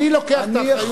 אני לוקח את האחריות.